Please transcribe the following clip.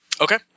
Okay